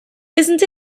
isn’t